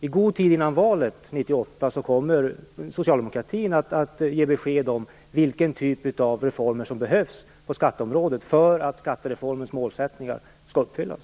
I god tid innan valet 98 kommer socialdemokratin att ge besked om vilken typ av reformer som behövs på skatteområdet för att skattereformens målsättningar skall uppfyllas.